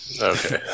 Okay